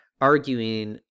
arguing